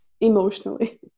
emotionally